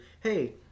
hey